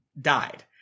died